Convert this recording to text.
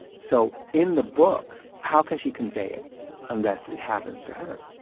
so in the book, how can she convey it unless it happens to her?